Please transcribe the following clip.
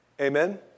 Amen